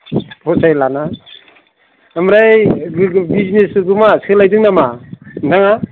फसायलाना ओमफ्राय बिसनेसफोरखौ मा सोलायदों नामा नोंथाङा